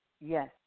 yes